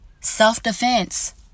Self-defense